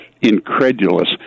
incredulous